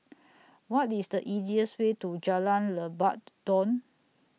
What IS The easiest Way to Jalan Lebat Daun